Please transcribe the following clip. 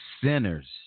sinners